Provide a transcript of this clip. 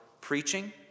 preaching